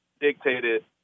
dictated